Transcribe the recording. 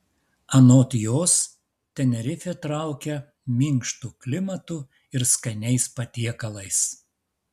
anot jos tenerifė traukia minkštu klimatu ir skaniais patiekalais